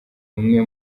umwe